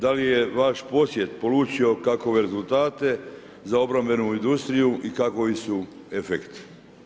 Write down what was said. Da li je vaš posjet polučio kakove rezultate za obrambenu industriju i kakovi su efekti?